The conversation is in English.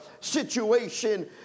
situation